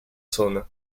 zona